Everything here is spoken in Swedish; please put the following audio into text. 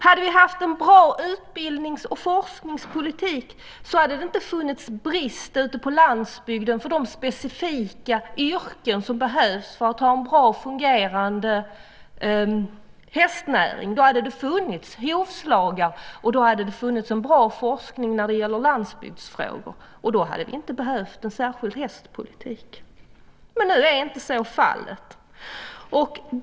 Hade vi haft en bra utbildnings och forskningspolitik, hade det inte funnits någon brist på landsbygden på de specifika yrken som behövs för att ha en bra och fungerande hästnäring. Då hade det funnits hovslagare, och då hade det funnits en bra forskning om landsbygdsfrågor. Då hade vi inte behövt en särskild hästpolitik. Men nu är inte så fallet.